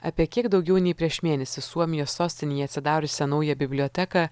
apie kiek daugiau nei prieš mėnesį suomijos sostinėje atsidariusią naują biblioteką